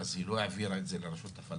ואז היא לא העבירה את זה לרשות הפלשתינית,